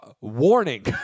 warning